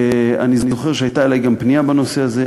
אני זוכר שהייתה אלי גם פנייה בנושא הזה.